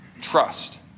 trust